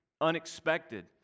unexpected